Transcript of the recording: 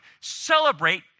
celebrate